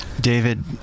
David